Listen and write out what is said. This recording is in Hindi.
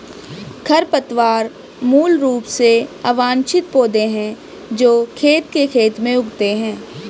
खरपतवार मूल रूप से अवांछित पौधे हैं जो खेत के खेत में उगते हैं